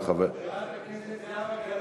חברת הכנסת זהבה גלאון,